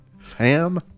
Sam